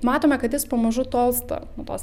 matome kad jis pamažu tolsta nuo tos